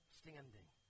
standing